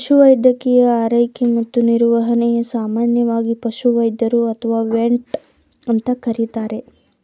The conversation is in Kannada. ಪಶುವೈದ್ಯಕೀಯ ಆರೈಕೆ ಮತ್ತು ನಿರ್ವಹಣೆನ ಸಾಮಾನ್ಯವಾಗಿ ಪಶುವೈದ್ಯರು ಅಥವಾ ವೆಟ್ ಅಂತ ಕರೀತಾರೆ